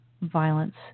violence